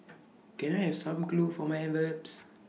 can I have some glue for my envelopes